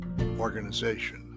organization